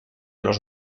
los